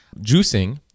juicing